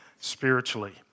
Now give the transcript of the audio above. spiritually